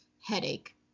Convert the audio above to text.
headache